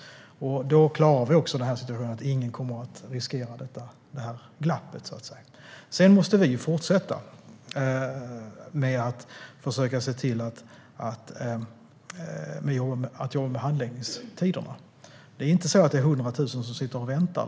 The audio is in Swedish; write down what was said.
Då klarar vi också situationen med glappet. Vi måste också fortsätta jobba med handläggningstiderna. Det är inte längre så att det är 100 000 som sitter och väntar.